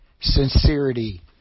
sincerity